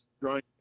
Drawing